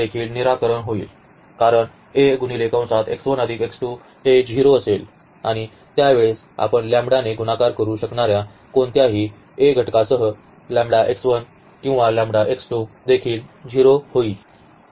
हे देखील निराकरण होईल कारण हे 0 असेल आणि त्यावेळेस आपण ने गुणाकार करू शकणार्या कोणत्याही A घटकासह किंवा देखील 0 होईल